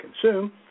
consume